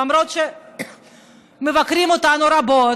למרות שמבקרים אותנו רבות,